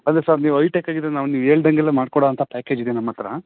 ಅದೇ ಸರ್ ನೀವು ಐಟೆಕ್ ಆಗಿದ್ದರೆ ನಾವು ನೀವು ಹೇಳ್ದಂಗೆಲ್ಲ ಮಾಡಿಕೊಡೋಂಥ ಪ್ಯಾಕೇಜ್ ಇದೆ ನಮ್ಮ ಹತ್ರ